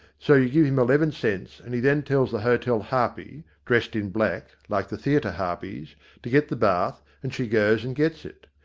so you give him eleven cents and he then tells the hotel harpy, dressed in black, like the theatre harpies, to get the bath and she goes and gets it.